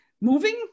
moving